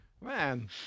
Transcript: man